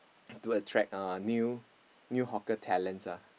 to attract uh new new hawker talents ah